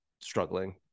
struggling